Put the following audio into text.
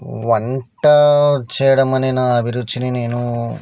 వంట చేయడమనే నా అభిరుచిని నేనూ